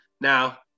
now